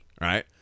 right